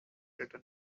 written